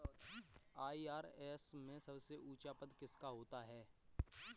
IRS में सबसे ऊंचा पद किसका होता है?